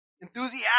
Enthusiastic